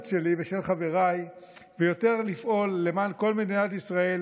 שלי ושל חבריי ויותר לפעול למען כל מדינת ישראל